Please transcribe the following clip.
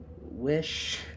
Wish